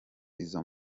izo